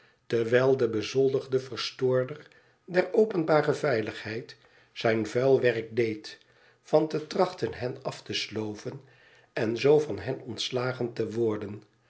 terwijl de bezoldigde verstoorder der openbare veiligheid zijn vuil werk deed van te trachten hen af te sloven en zoo van hen ontslagen te worden